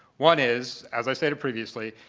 one is, as i stated previously,